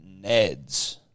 Neds